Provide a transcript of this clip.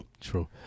True